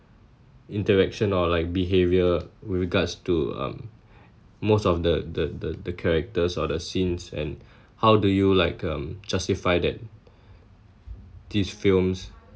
interaction or like behaviour with regards to um most of the the the the characters or the scenes and how do you like um justify that these films